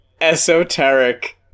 esoteric